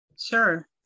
Sure